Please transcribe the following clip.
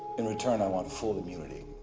in return, i want full immunity.